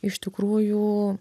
iš tikrųjų